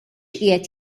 qiegħed